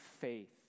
faith